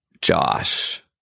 Josh